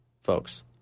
folks